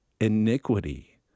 iniquity